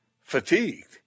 fatigued